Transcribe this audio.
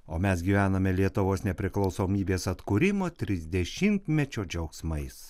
o mes gyvename lietuvos nepriklausomybės atkūrimo trisdešimtmečio džiaugsmais